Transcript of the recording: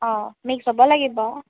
mix হ'ব লাগিব